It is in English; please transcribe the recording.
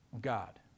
God